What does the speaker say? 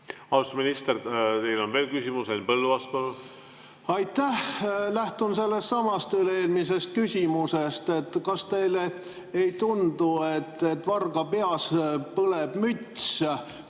Austatud minister, teile on veel küsimus. Henn Põlluaas, palun! Aitäh! Lähtun sellestsamast eelmisest küsimusest. Kas teile ei tundu, et varga peas põleb müts?